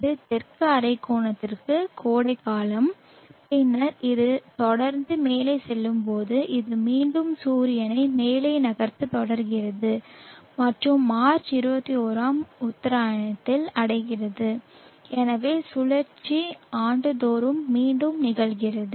இது தெற்கு அரைக்கோளத்திற்கு கோடைக்காலம் பின்னர் இது தொடர்ந்து மேலே செல்லும்போது இது மீண்டும் சூரியனை மேலே நகர்த்தத் தொடங்குகிறது மற்றும் மார்ச் 21 ஆம் உத்தராயணத்தை அடைகிறது எனவே சுழற்சி ஆண்டுதோறும் மீண்டும் நிகழ்கிறது